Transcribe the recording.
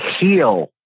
heal